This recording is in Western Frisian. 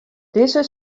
dizze